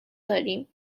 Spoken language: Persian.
داریم